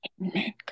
Amen